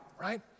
right